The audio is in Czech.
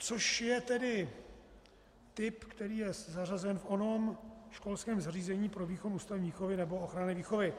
Což je tedy typ, který je zařazen v onom školském zařízení pro výkon ústavní výchovy nebo ochranné výchovy.